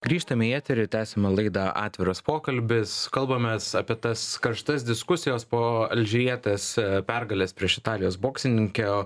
grįžtame į eterį tęsiame laidą atviras pokalbis kalbamės apie tas karštas diskusijas po alžyrietės pergalės prieš italijos boksininkę